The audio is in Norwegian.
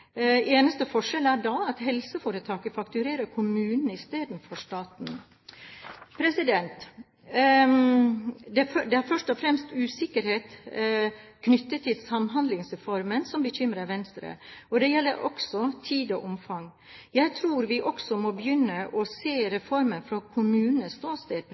Eneste forskjell er da at helseforetaket fakturerer kommunene i stedet for staten. Det er først og fremst usikkerhet knyttet til Samhandlingsreformen som bekymrer Venstre, og det gjelder også tid og omfang. Jeg tror vi også må begynne å se reformen fra kommunenes ståsted. For